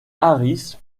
harris